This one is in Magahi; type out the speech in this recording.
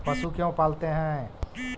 पशु क्यों पालते हैं?